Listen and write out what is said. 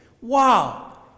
wow